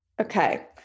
Okay